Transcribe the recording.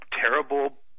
terrible